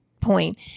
point